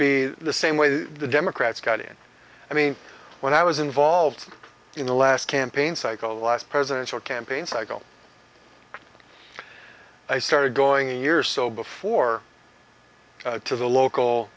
be the same way that the democrats got in i mean when i was involved in the last campaign cycle last presidential campaign cycle i started going in years so before to the local